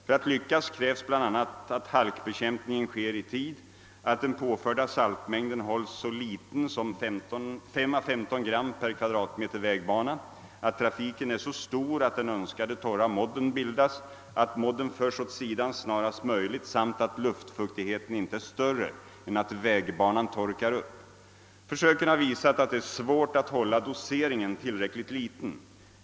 För att lyckas krävs bl a. att halkbekämpningen sker i tid, att den påförda saltmängden hålls så liten som 5 å 15 gram per kvadratmeter vägbana, att trafiken är så stor att den önskade torra modden bildas, att modden förs åt sidan snarast möjligt samt att luftfuktigheten inte är större än att vägbanan torkar upp. Försöken har visat att det är svårt att hålla doseringen tillräckligt liten.